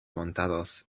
montados